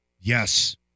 Yes